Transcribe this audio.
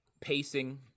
Pacing